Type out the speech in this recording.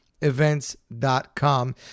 events.com